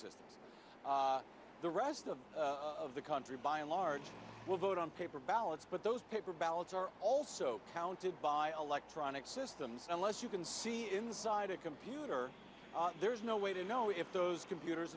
systems the rest of the country by and large will vote on paper ballots but those paper ballots are also counted by electronic systems unless you can see inside a computer there's no way to know if those computers